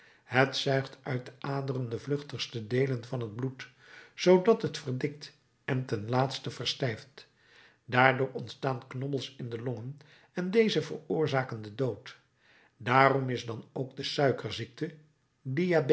het zuigt uit de aderen de vluchtigste deelen van het bloed zoodat het verdikt en ten laatste verstijft daardoor ontstaan knobbels in de longen en deze veroorzaken den dood daarom is dan ook de suikerziekte